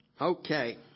Okay